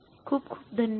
खूप खूप धन्यवाद